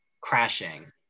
crashing